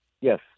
Yes